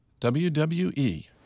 WWE